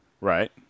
right